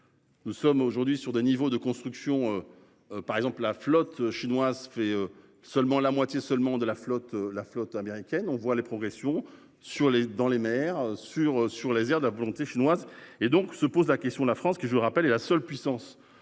Nous sommes aujourd'hui sur des niveaux de construction. Par exemple la flotte chinoise fait seulement la moitié seulement de la flotte, la flotte américaine, on voit les progressions sur les dans les mers sur sur l'avenir de la volonté chinoise et donc se pose la question, la France, qui je le rappelle, est la seule puissance